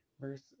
Verse